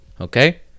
okay